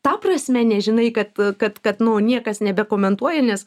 ta prasme nežinai kad kad kad nu niekas nebekomentuoja nes